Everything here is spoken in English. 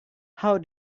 how